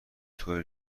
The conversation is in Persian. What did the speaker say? طور